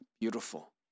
beautiful